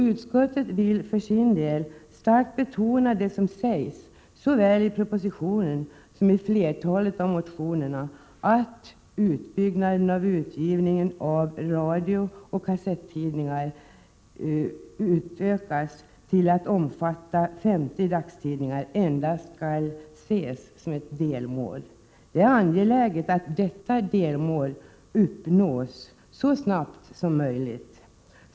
Utskottet vill för sin del starkt betona det som föreslås i såväl propositionen som i ett flertal av motionerna, nämligen att utökningen av utgivningen av radiooch kassettidningar till att omfatta 50 dagstidningar endast skall ses som ett delmål. Det är angeläget att detta delmål uppnås så snabbt som möjligt.